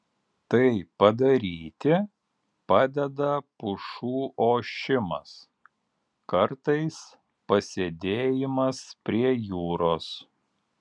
tai padaryti padeda pušų ošimas kartais pasėdėjimas prie jūros